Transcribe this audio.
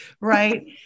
right